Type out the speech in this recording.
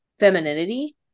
femininity